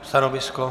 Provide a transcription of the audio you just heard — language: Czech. Stanovisko?